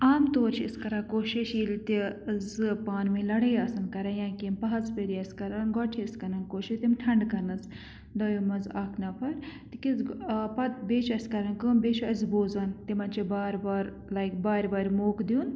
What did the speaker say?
عام طور چھِ أسۍ کَران کوٗشِش ییٚلہِ تہِ زٕ پانہٕ ؤنۍ لَڑٲے آسَن کَران یا کینٛہہ بَہَث بٲری آسہِ کَران گۄڈٕ چھِ أسۍ کَران کوٗشِش تِم ٹھَنڈٕ کَرنَس دۄیو منٛز اَکھ نفر تِکیٛازِ پَتہٕ بیٚیہِ چھِ اَسہِ کَران کٲم بیٚیہِ چھِ اَسہِ بوزان تِمَن چھِ بار بار لایک بارِ بارِ موقہٕ دیُن